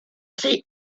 see